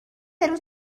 روز